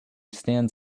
stands